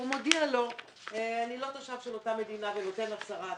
הלקוח מודיע: אני לא תושב של אותה מדינה ונותן הצהרה עצמית.